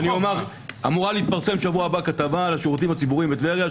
בשבוע הבא אמורה להתפרסם כתבה על השירותים הציבוריים בטבריה,